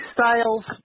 Styles